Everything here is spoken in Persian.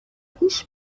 پیش